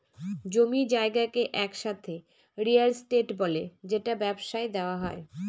জমি জায়গাকে একসাথে রিয়েল এস্টেট বলে যেটা ব্যবসায় দেওয়া হয়